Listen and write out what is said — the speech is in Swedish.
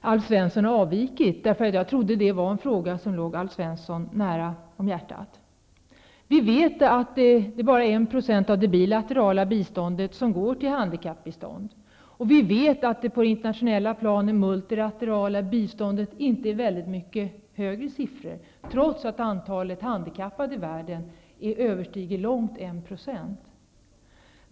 Alf Svensson har avvikit från kammaren. Jag trodde att detta var en fråga som låg Alf Svensson nära om hjärtat. Vi vet att bara 1 % av det bilaterala biståndet går till handikappade och att det på det internationella planet inom det multilaterala biståndet inte är mycket högre siffror, trots att antalet handikappade i världen långt överstiger 1 %.